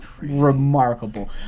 Remarkable